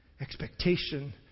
expectation